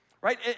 Right